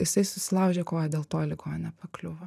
jisai susilaužė koją dėl to į ligoninę pakliuvo